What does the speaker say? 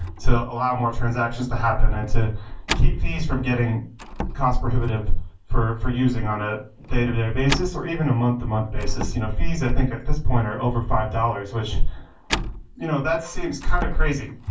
to allow more transactions to happen and to keep these from getting cost-prohibitive for for using on a day-to-day basis, or even a month-to-month basis. you know fees, i think at this point, are over five dollars, which you know that seems kind of crazy.